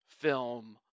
film